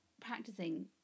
practicing